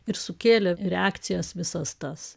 ir sukėlė reakcijas visas tas